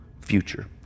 future